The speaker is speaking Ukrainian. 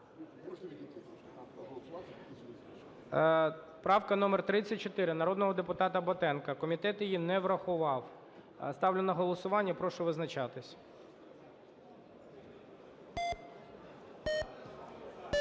Правка номер 34, народного депутата Батенка, комітет її не врахував. Ставлю на голосування, прошу визначатися. 10:54:05